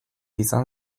izan